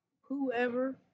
Whoever